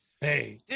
hey